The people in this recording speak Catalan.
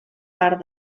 part